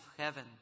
heaven